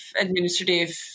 administrative